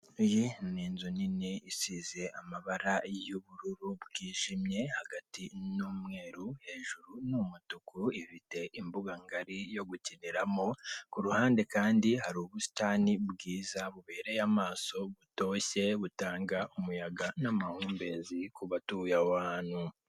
Iyi ni inzu nini isize amabara y'ubururu bwijimye hagati ni umweru , hejuru ni umutuku ifite imbuga ngari yo gukiniramo, ku ruhande kandi hari ubusatani bwiza bubereye amaso butoshye butanga umuyaga n'amahumbezi kubatuye aho hantu.